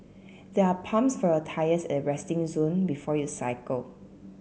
there are pumps for your tyres at the resting zone before you cycle